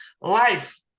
life